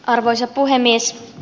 arvoisa puhemies